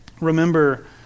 remember